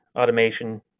Automation